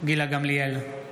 גילה גמליאל,